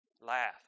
laugh